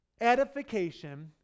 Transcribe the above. edification